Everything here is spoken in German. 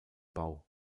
bau